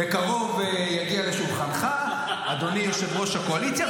בקרוב יגיע לשולחנך, אדוני יושב-ראש הקואליציה.